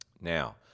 Now